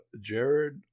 Jared